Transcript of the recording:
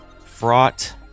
fraught